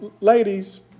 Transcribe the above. ladies